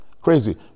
crazy